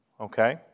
okay